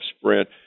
Sprint